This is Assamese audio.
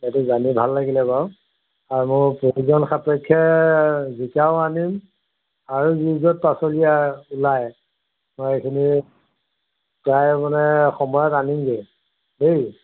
সেইটো জানি ভাল লাগিলে বাৰু আৰু মোৰ প্ৰয়োজন সাপেক্ষে জিকাও আনিম আৰু যি য'ত পাচলি আছে ওলায় মই এইখিনি প্ৰায় মানে সময়ত আনিমগৈয়ে দেই